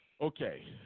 okay